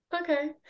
Okay